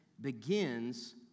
begins